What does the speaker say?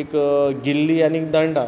एक गिल्ली आनी एक दंडा